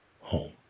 home